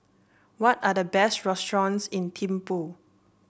what are the best restaurants in Thimphu